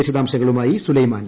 വിശദാംശങ്ങളുമായി സുലൈമാൻ